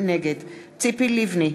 נגד ציפי לבני,